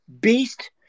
beast